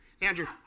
Andrew